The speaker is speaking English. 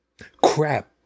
Crap